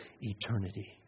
eternity